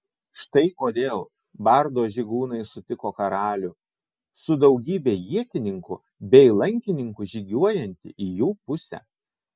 štai kodėl bardo žygūnai sutiko karalių su daugybe ietininkų bei lankininkų žygiuojantį į jų pusę